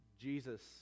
jesus